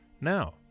Now